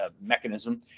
mechanism